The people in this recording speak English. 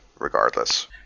regardless